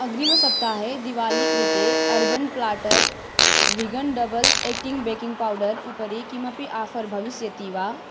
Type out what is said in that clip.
अग्रिमसप्ताहे दीपावाली कृते urban platter vegan double acting baking powder उपरि किमपि आफ़र् भविष्यति वा